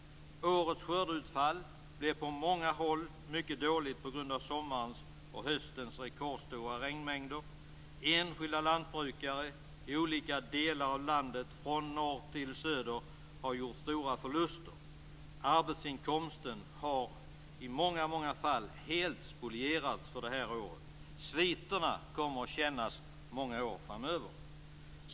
Årets skördeutfall blev på många håll mycket dåligt på grund av sommarens och höstens rekordstora regnmängder. Enskilda lantbrukare i olika delar av landet, från norr till söder, har gjort stora förluster. Arbetsinkomsten har i väldigt många fall helt spolierats för det här året. Sviterna kommer att kännas i många år framöver.